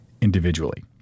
individually